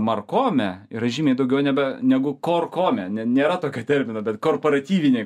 markome yra žymiai daugiau nebe negu kor kome ne nėra tokio termino bet komparatyvinėj